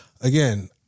Again